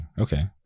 Okay